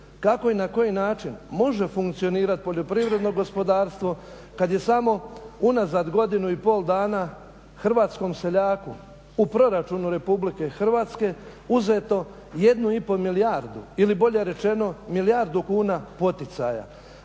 kako i na koji način može funkcionirati poljoprivredno gospodarstvo kad je samo unazad godinu i pol dana hrvatskom seljaku o proračunu RH uzeto jedno i pol milijardu ili bolje rečeno milijardu kuna poticaja?